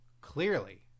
clearly